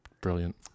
Brilliant